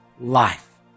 life